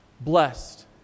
blessed